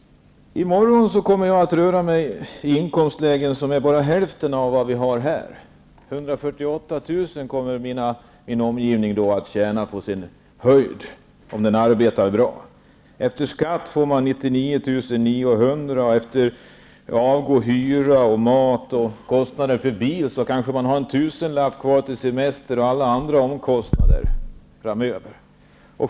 I morgon kommer jag att röra mig bland människor vilkas lön som ligger i inkomstlägen som bara är hälften av vad vi här har. I min omgivning i morgon tjänar människor på sin höjd 148 000 kr. om de arbetar bra. Efter skatt får man kvar 99 900 kr., och efter att ha betalt hyra, mat och kostnader för bil kanske man har en tusenlapp kvar till semester och alla andra omkostnader.